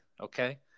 okay